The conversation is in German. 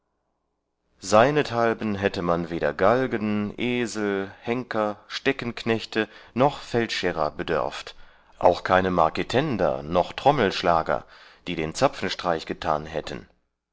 seinethalben hätte man weder galgen esel henker steckenknechte noch feldscherer bedörft auch keine marketender noch trommelschlager die den zapfenstreich getan hätten